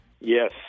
Yes